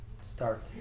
start